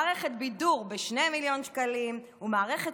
מערכת בידור ב-2 מיליון שקלים ומערכת